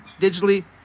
digitally